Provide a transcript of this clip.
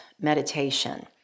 meditation